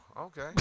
okay